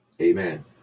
Amen